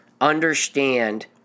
understand